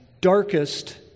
darkest